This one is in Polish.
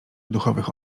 duchowych